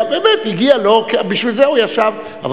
באמת הגיע לו, ולכן הוא ישב.